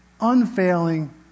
unfailing